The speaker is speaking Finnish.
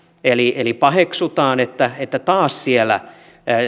eli eli paheksutaan että että taas siellä